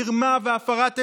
מרמה והפרת אמונים,